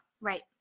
Right